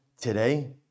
today